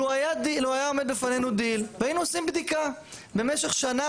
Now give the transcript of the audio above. לו היה עומד בפנינו דיל והיינו עושים בדיקה במשך שנה,